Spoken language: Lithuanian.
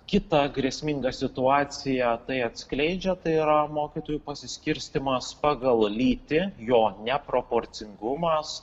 kitą grėsmingą situaciją tai atskleidžia tai yra mokytojų pasiskirstymas pagal lytį jo neproporcingumas